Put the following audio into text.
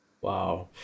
Wow